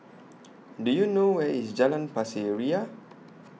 Do YOU know Where IS Jalan Pasir Ria